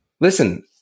Listen